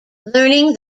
learning